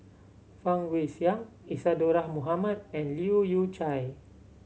Fang Guixiang Isadhora Mohamed and Leu Yew Chye